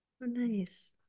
Nice